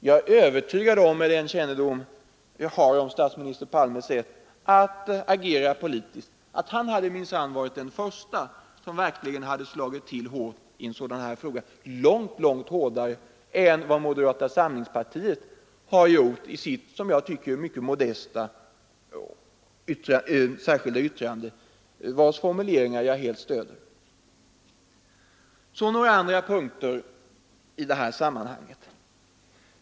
Jag är, med den kännedom jag har om statsminister Palmes sätt att agera politiskt, övertygad om att han varit den förste att slå till hårt i en sådan här fråga — långt, långt hårdare än vad moderata samlingspartiet har gjort i sitt som jag tycker mycket modesta särskilda yttrande, vars formuleringar jag stöder. Så några andra ting i detta sammanhang.